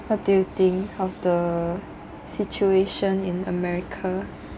what do you think of the situation in america